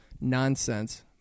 nonsense